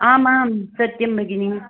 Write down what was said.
आमां सत्यं भगिनि